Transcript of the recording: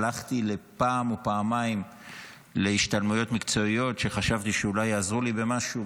הלכתי פעם או פעמיים להשתלמויות מקצועיות שחשבתי שאולי יעזרו לי במשהו,